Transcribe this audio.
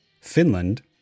Finland